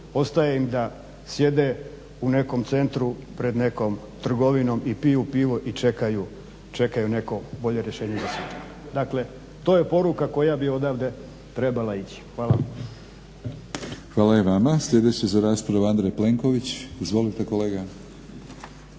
ostaje im da sjede u nekom centru pred nekom trgovinom i piju pivo i čekaju neko bolje rješenje za sutra. Dakle to je poruka koja bi odavde trebala ići. Hvala. **Batinić, Milorad (HNS)** Hvala i vama. Sljedeći za raspravu Andrej Plenković. Izvolite kolega.